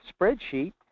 spreadsheet